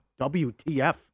WTF